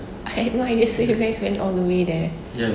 I had no idea so you guys went all the way there